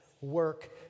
work